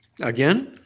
Again